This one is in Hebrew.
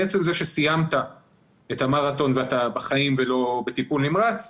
מעצם זה שסיימת את המרתון ואתה בחיים ולא בטיפול נמרץ,